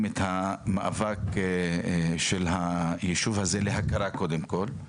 את המאבק של היישוב הזה להכרה קודם כל.